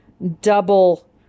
double